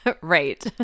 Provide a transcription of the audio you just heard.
Right